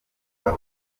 huye